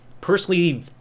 personally